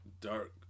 dark